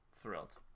thrilled